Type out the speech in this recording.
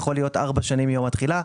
יכולה להיות ארבע שנים מיום התחילה.